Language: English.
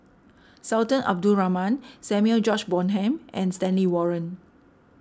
Sultan Abdul Rahman Samuel George Bonham and Stanley Warren